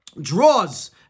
draws